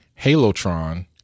HaloTron